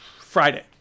Friday